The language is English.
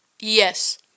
yes